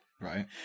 Right